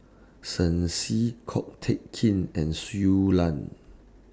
Shen Xi Ko Teck Kin and Shui Lan